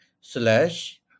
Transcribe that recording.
slash